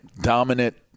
dominant